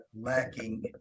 lacking